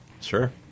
Sure